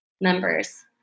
members